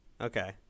Okay